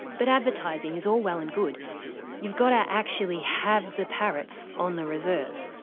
but advertising is all well and good you've got to actually have the parrots on the reserve.